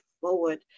forward